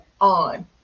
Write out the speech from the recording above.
on